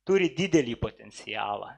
turi didelį potencialą